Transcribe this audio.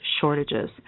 shortages